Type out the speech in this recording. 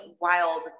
wild